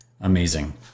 amazing